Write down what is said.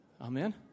Amen